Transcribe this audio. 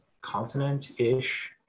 continent-ish